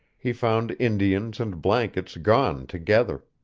he found indians and blankets gone together.